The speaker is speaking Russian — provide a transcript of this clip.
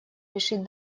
решить